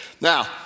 Now